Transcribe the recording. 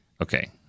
okay